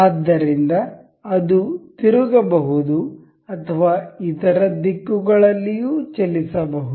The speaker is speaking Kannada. ಆದ್ದರಿಂದ ಅದು ತಿರುಗಬಹುದು ಅಥವಾ ಇತರ ದಿಕ್ಕುಗಳಲ್ಲಿಯೂ ಚಲಿಸಬಹುದು